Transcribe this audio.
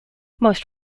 most